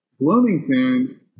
Bloomington